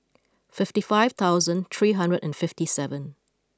fifty five thousand three hundred and fifty seven